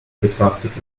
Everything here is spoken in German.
betrachtet